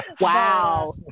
Wow